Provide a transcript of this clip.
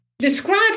Describe